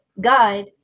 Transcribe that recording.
guide